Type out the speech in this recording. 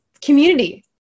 community